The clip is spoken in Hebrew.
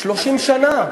30 שנה.